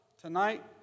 Tonight